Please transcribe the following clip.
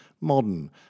modern